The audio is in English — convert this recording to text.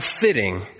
fitting